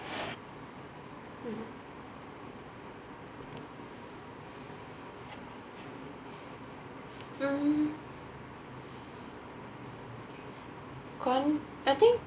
mmhmm um I think